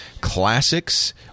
classics